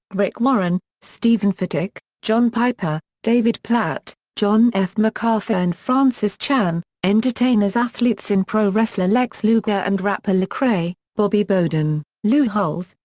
rick warren, steven furtick, john piper, david platt, john f. macarthur and francis chan, entertainers athletes in pro-wrestler lex luger and rapper lecrae, bobby bowden, lou holtz,